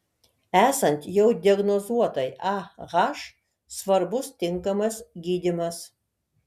esant jau diagnozuotai ah svarbus tinkamas gydymas